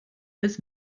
als